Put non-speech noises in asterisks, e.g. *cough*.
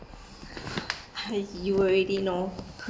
*laughs* you already know